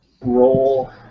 role